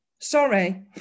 Sorry